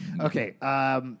Okay